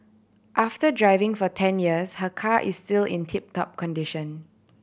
after driving for ten years her car is still in tip top condition